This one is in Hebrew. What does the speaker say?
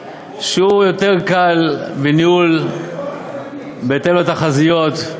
שהוא יותר קל לניהול בהתאם לתחזיות.